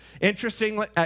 Interestingly